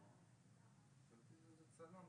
כי זה הצורך